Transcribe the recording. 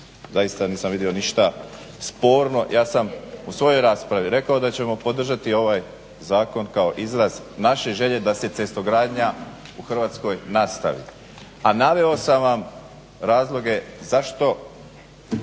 zaista nisam vidio ništa sporno, ja sam u svojoj raspravi rekao da ćemo podržati ovaj zakon kao izraz naše želje da se cestogradnja u Hrvatskoj nastavi. A naveo sam vam razloge zašto